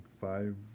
five